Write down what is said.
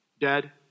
dead